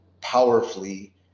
powerfully